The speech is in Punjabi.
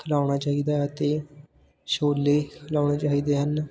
ਖਿਲਾਉਣਾ ਚਾਹੀਦਾ ਅਤੇ ਛੋਲੇ ਖਿਲਾਉਣੇ ਚਾਹੀਦੇ ਹਨ